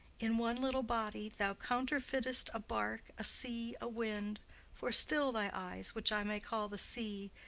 in one little body thou counterfeit'st a bark, a sea, a wind for still thy eyes, which i may call the sea,